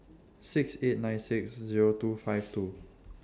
six eight nine six Zero two five two